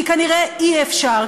כי כנראה אי-אפשר,